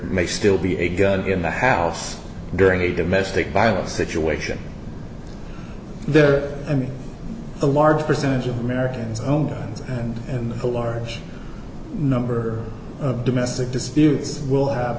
may still be a gun in the house during a domestic violence situation there i mean a large percentage of americans own guns and and a large number of domestic disputes will have